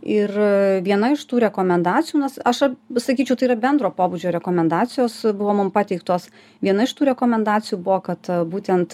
ir viena iš tų rekomendacijų nes aš sakyčiau tai yra bendro pobūdžio rekomendacijos buvo mum pateiktos viena iš tų rekomendacijų buvo kad būtent